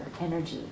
energy